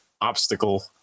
obstacle